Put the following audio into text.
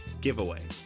giveaway